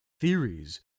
theories